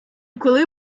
коли